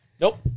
Nope